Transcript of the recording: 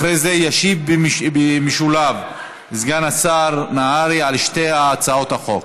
אחרי זה ישיב במשולב סגן השר נהרי על שתי הצעות החוק.